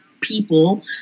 people